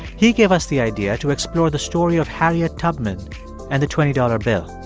he gave us the idea to explore the story of harriet tubman and the twenty dollars bill.